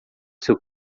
seu